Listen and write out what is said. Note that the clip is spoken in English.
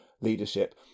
leadership